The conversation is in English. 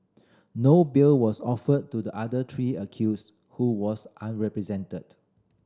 no bail was offered to the other three accused who was unrepresented